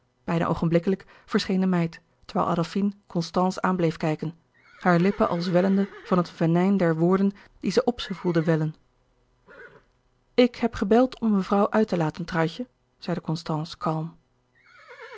verscheen de meid terwijl adolfine constance aan bleef kijken haar lippen al zwellende van het venijn der woorden die zij op ze voelde wellen ik heb gebeld om mevrouw uit te laten truitje zeide constance kalm